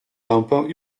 lampę